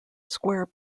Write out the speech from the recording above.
square